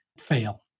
fail